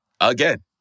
again